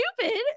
stupid